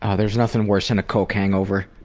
ah there's nothing worse than a coke hangover,